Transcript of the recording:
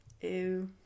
Ew